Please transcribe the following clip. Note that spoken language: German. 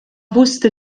wusste